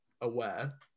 aware